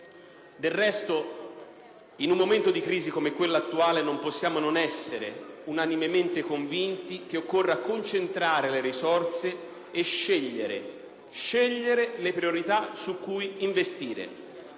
Del resto, in un momento di crisi come quello attuale, non possiamo non essere unanimemente convinti che occorra concentrare le risorse e scegliere le priorità su cui investire.